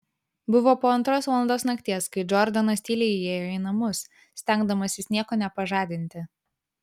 buvo po antros valandos nakties kai džordanas tyliai įėjo į namus stengdamasis nieko nepažadinti